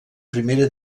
primera